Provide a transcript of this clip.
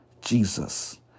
Jesus